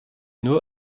nur